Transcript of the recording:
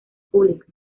públicas